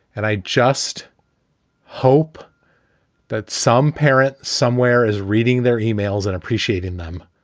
and i just hope that some parent somewhere is reading their emails and appreciating them.